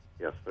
Yes